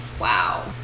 Wow